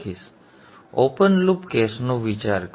હવે open loop કેસનો વિચાર કરો